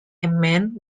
aman